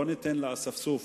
לא ניתן לאספסוף